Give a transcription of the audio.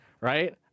right